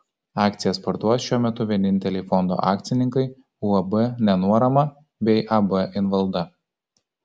akcijas parduos šiuo metu vieninteliai fondo akcininkai uab nenuorama bei ab invalda